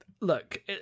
Look